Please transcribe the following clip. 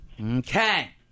Okay